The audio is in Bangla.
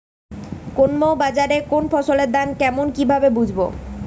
কোন বাজারে কোন ফসলের দাম কেমন কি ভাবে বুঝব?